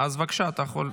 בבקשה, אתה יכול.